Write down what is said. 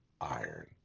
iron